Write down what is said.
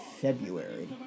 February